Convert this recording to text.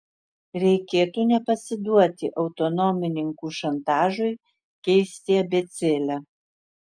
reikėtų nepasiduoti autonomininkų šantažui keisti abėcėlę